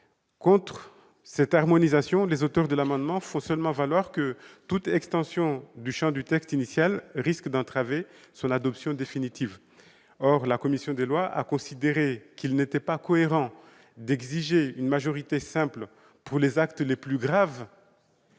de cette harmonisation, les auteurs de l'amendement font simplement valoir que toute extension du champ du texte initial risque d'entraver son adoption définitive. Or la commission des lois a considéré qu'il n'était pas cohérent d'exiger une majorité simple pour les actes les plus graves,